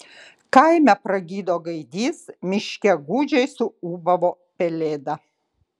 kaime pragydo gaidys miške gūdžiai suūbavo pelėda